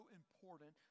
important